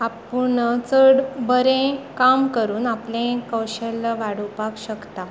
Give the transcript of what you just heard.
आपूण चड बरें काम करून आपलें कौशल्य वाडोवपाक शकता